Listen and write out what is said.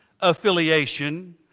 affiliation